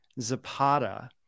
Zapata